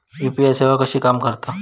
UPI सेवा कशी काम करता?